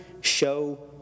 show